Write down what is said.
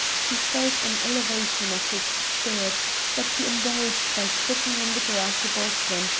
he felt an elevation of his spirit that he indulged by sitting on the grass above them,